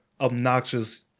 obnoxious